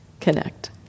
connect